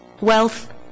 Wealth